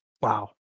Wow